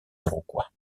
iroquois